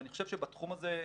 אני חושב שבתחום הזה,